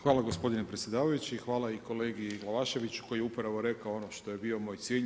Hvala gospodine predsjedavajući, hvala i kolegi Glavaševiću koji je upravo rekao ono što je bio moj cilj.